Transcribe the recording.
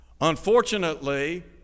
Unfortunately